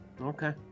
Okay